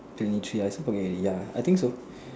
twenty three I also forget already ya I think so